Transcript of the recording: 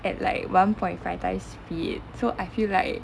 at like one point five times speed so I feel like